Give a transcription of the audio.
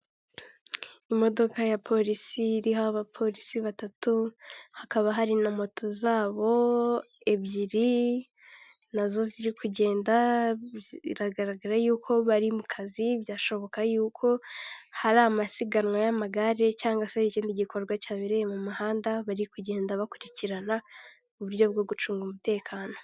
Imodoka ya polisi iriho abapolisi batatu, hakaba hari na moto z'abo ebyiri nazo ziri kugenda, biragaragara y'uko bari mu kazi, byashoboka y'uko hari amasiganwa y'amagare cyangwa se ikindi gikorwa cyabereye mu muhanda bari kugenda bakurikirana m'uburyo bwo gucunga umutekano.